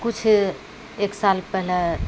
किछु एक साल पहिले